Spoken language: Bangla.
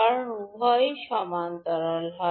কারণ উভয় সমান্তরাল হয়